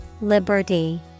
Liberty